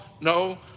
No